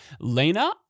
Lena